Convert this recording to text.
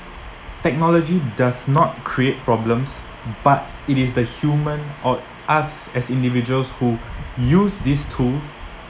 technology does not create problems but it is the human or us as individuals who use these tool